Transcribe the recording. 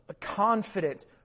confident